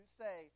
say